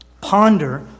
ponder